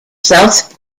south